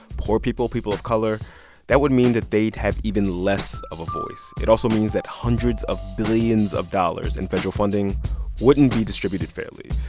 poor people, people of color that would mean that they'd have even less of a voice. it also means that hundreds of billions of dollars in federal funding wouldn't be distributed fairly.